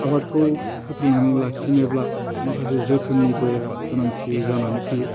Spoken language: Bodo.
आबादखौ फोथांनानै लाखिनोब्ला माखासे जोथोननिबो गोनांथि जानानै फैयो